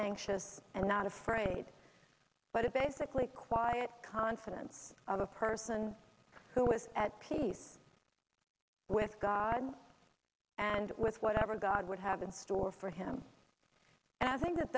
anxious and not afraid but basically quiet confidence of a person who was at peace with god and with whatever god would have in store for him as i think